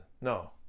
No